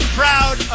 proud